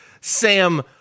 Sam